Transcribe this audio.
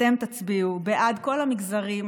אתם תצביעו בעד כל המגזרים,